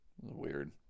weird